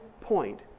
point